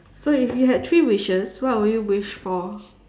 so if you had three wishes what would you wish for